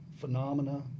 phenomena